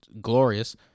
glorious